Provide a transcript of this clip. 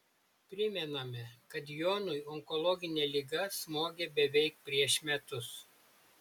primename kad jonui onkologinė liga smogė beveik prieš metus